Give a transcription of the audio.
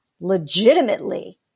legitimately